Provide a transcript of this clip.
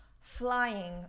flying